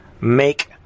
make